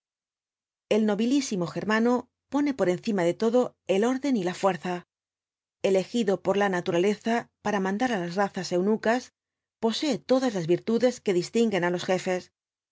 el nobilísimo germano pone por encima de todo el orden y la fuerza elegido por la naturaleza para mandar á las razas eunucas posee todas las virtudes que distinguen á los jefes